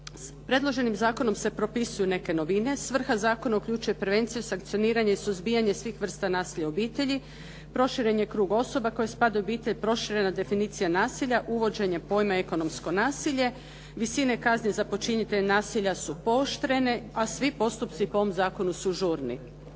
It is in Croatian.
Predloženim zakonom se propisuju neke novine. Svrha zakona uključuje prevenciju, sankcioniranje i suzbijanje svih vrsta nasilja u obitelji, proširen je krug osoba koje spadaju u obitelj, proširena je definicija nasilja, uvođenje pojma ekonomsko nasilje, visine kazni za počinitelje nasilja su pooštrene a svi postupci po ovom zakonu su žurni.